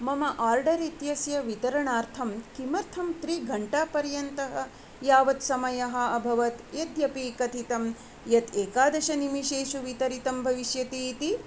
मम आर्डर् इत्यस्य वितरणार्थम् किमर्थं त्रि घण्टापर्यन्तः यावत् समयः अभवत् यद्यपि कथितं यत् एकादशनिमेशेषु वितरितं भविष्यतीति